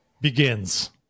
begins